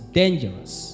dangerous